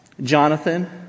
Jonathan